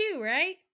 right